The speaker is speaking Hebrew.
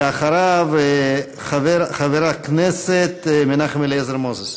ואחריו חבר הכנסת מנחם אליעזר מוזס.